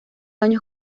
años